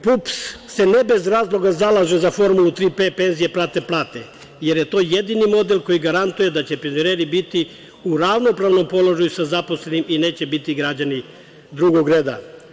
Partija ujedinjenih penzionera Srbije se ne bez razloga zalaže za formulu 3P - penzije prate plate, jer je to jedini model koji garantuje da će penzioneri biti u ravnopravnom položaju sa zaposlenim i neće biti građani drugog reda.